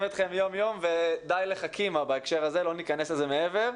אתכם יום יום ודי לחכימה בהקשר הזה ולא ניכנס לזה מעבר.